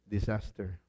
Disaster